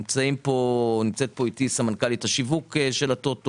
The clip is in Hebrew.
נמצאת איתי סמנכ"לית השיווק של ה-טוטו,